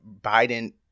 Biden